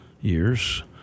years